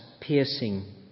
piercing